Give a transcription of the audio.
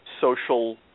social